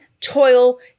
toil